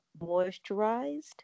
moisturized